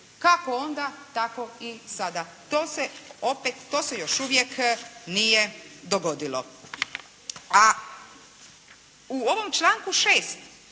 kako onda tako i sada. To se opet, to se još uvijek nije dogodilo. A u ovom članku 6.